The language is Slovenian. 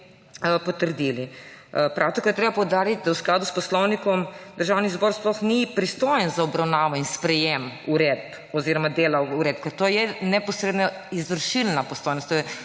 potrdili. Prav tako je treba poudariti, da v skladu s poslovnikom Državni zbor sploh ni pristojen za obravnavo in sprejetje uredb oziroma dela uredb, ker to je neposredna izvršilna pristojnost, to je